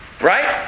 Right